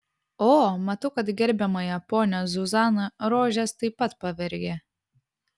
o matau kad gerbiamąją ponią zuzaną rožės taip pat pavergė